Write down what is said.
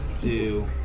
two